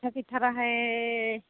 फैसा गैथाराहाय